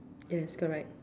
yes correct